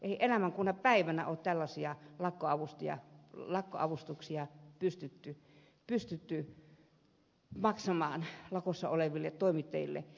ei elämän kuuna päivänä ole tällaisia lakkoavustuksia pystytty maksamaan lakossa oleville toimittajille